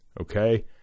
Okay